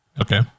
okay